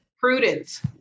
prudence